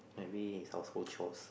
any household chores